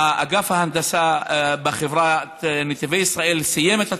אגף ההנדסה בחברת נתיבי ישראל סיים את התכנון,